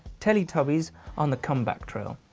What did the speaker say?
teletubbies on the comeback trail.